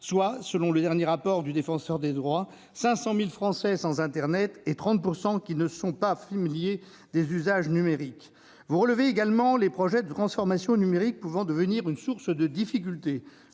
soit, selon le dernier rapport du Défenseur des droits, 500 000 Français sans internet et 30 % qui ne sont pas familiers des usages numériques. Vous relevez également les projets de transformation numérique pouvant devenir une source de difficultés.